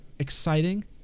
exciting